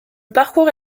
parcours